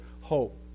hope